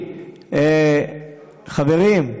חברים,